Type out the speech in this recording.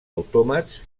autòmats